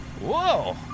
Whoa